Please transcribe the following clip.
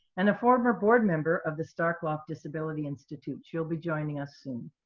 and a former board member of the starkloff disability institute. she'll be joining us soon.